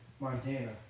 Montana